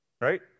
Right